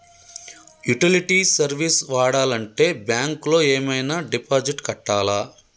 Utility service వాడాలంటే bank లో ఏమైనా డిపాజిట్ కట్టాలా?